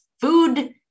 food